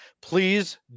please